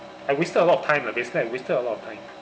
I wasted a lot of time lah basically I wasted a lot of time